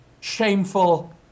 shameful